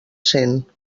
cent